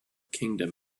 kingdom